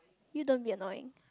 you don't be annoying